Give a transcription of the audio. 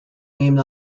named